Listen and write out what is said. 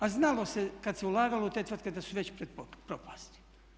A znalo se kad se ulagalo u te tvrtke da su već pred propasti.